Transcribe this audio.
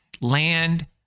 land